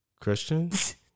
Christians